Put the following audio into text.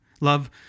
Love